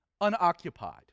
unoccupied